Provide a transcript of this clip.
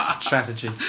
strategy